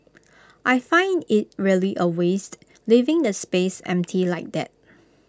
I find IT really A waste leaving the space empty like that